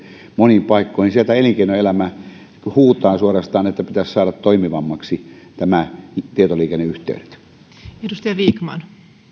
moniin paikkoihin sieltä elinkeinoelämä suorastaan huutaa että pitäisi saada toimivammaksi nämä tietoliikenneyhteydet